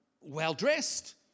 well-dressed